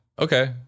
Okay